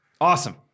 awesome